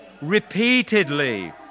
repeatedly